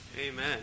Amen